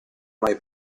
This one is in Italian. mai